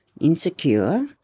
insecure